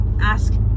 ask